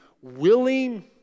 willing